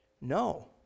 No